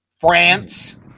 France